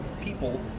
people